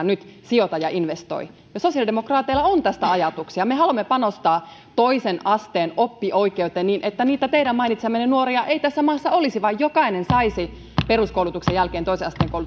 nyt sijoita ja investoi sosiaalidemokraateilla on tästä ajatuksia me haluamme panostaa toisen asteen oppioikeuteen niin että niitä teidän mainitsemianne nuoria ei tässä maassa olisi vaan jokainen saisi peruskoulutuksen jälkeen toisen